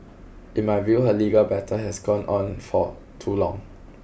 in my view her legal battle has gone on for too long